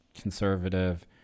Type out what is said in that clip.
conservative